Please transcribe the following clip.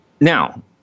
Now